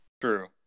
True